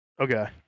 Okay